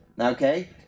okay